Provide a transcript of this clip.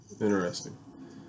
Interesting